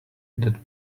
that